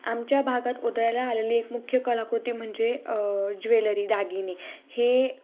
आमच्या भागात उदयाला आलेली एक मुख्य कलाकृती म्हणजे ज्वेलरी दागिने हे